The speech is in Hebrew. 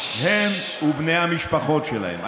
הם ובני המשפחות שלהם.